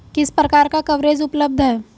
किस प्रकार का कवरेज उपलब्ध है?